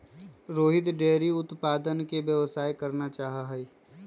Rohit dairy उत्पादन के व्यवसाय करना चाहा हई